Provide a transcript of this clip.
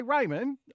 Raymond